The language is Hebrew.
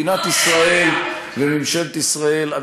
מדינת ישראל וממשלת ישראל,